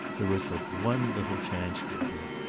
there was but one little chance for her.